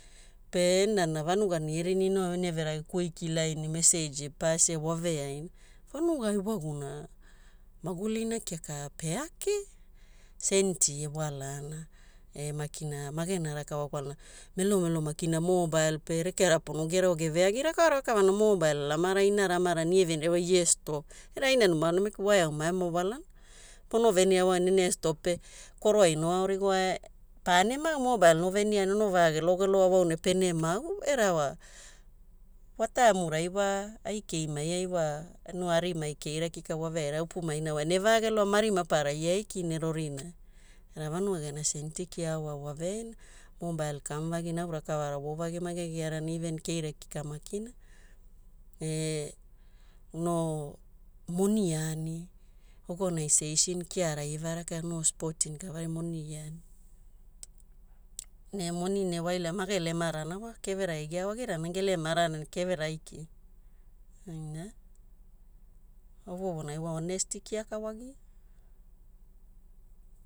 Pe enana vanugana ie rini no ene verage Kwikilai ne message ie pass ia waveaina. Vanuga iwaguna magulina kiaka peake, senti ewalana e makina magena rakava kwalana melomelo makina mobile pe rekeara pono giara wa geveagi rakava rakavana mobile alamarai, inara amarana ie venira wa ie stop, era aina numa aonai maki waeau maema walana. Pono venia wau ne ene stop pe koroaai ono aorigoa paene mau mobile ono venia ne ono vagelo geloa wau ne pene mau, era wa wataimurai wa ai keimaiai wa no arimai keira kika waveaira upumaina wa ene vageloa mari maparara ie aiki ne rorinai. Na vanuga gena senti kia wa waveaina, mobile kamuvagi ne au rakavara voovagi mage giarana even keira kika makina. E no moni ani, organisation kiaara ie varakaa no sporting kavarai moni ie ani. Ne moni ne waila mage lemarana wa, keverai ai geao agirana gelemarana ne kevera aikina. Ina, ovoovonai wa honesty kiaka wagia.